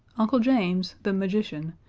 uncle james, the magician,